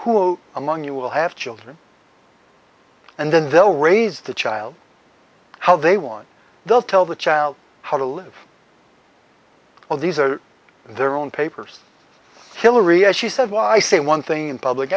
who among you will have children and then they'll raise the child how they want they'll tell the child how to live well these are their own papers hillary as she said why i say one thing in public